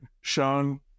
Sean